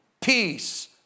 peace